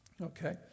Okay